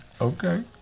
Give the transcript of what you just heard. Okay